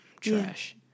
Trash